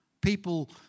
People